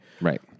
right